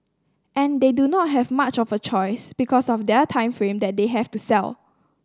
and they do not have much of a choice because of their time frame that they have to sell